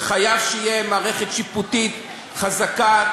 וחייבת להיות מערכת שיפוטית חזקה,